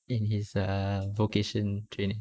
in his uh vocation training